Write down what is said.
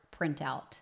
printout